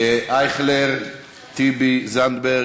אייכלר, טיבי, זנדברג,